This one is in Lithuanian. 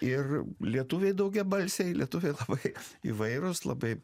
ir lietuviai daugiabalsiai lietuviai labai įvairūs labai